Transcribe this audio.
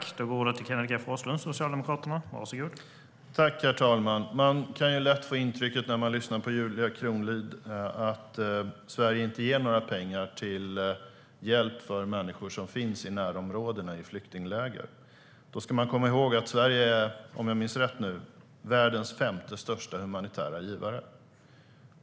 Herr talman! När man lyssnar på Julia Kronlid kan man lätt få intrycket att Sverige inte ger några pengar till hjälp för människor som finns i närområdena i flyktingläger. Då ska man komma ihåg att Sverige är - om jag minns rätt - världens femte största humanitära givare.